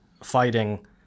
fighting